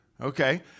Okay